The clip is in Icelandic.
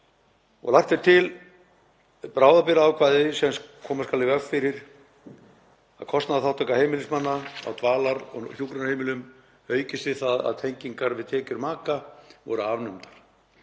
Lagt er til bráðabirgðaákvæði sem koma skal í veg fyrir að kostnaðarþátttaka heimilismanna á dvalar- og hjúkrunarheimilum aukist við það að tengingar við tekjur maka voru afnumdar.